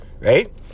Right